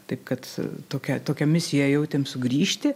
taip kad tokią tokią misiją jautėm sugrįžti